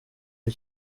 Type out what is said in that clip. ari